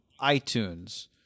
iTunes